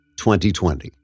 2020